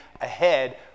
ahead